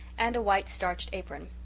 and a white starched apron,